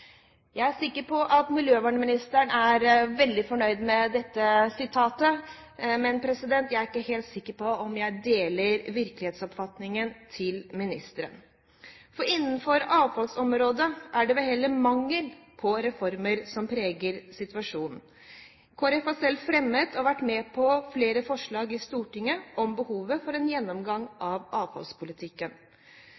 Jeg er sikker at miljøvernministeren er veldig fornøyd med dette sitatet, men jeg er ikke helt sikker på om jeg deler virkelighetsoppfatningen til ministeren, for innenfor avfallsområdet er det vel heller mangel på reformer som preger situasjonen. Kristelig Folkeparti har selv fremmet og vært med på flere forslag i Stortinget om behovet for en gjennomgang